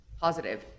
positive